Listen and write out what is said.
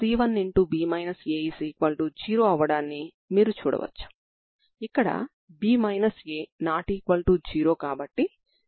wx1 కాబట్టి బిందు లబ్దాన్ని మీరు ϕψ ∶ 0Lxψ గా నిర్వచించవచ్చుసరేనా